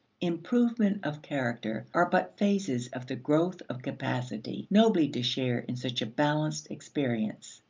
improvement of character are but phases of the growth of capacity nobly to share in such a balanced experience.